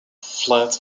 flat